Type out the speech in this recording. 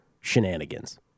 shenanigans